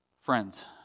Friends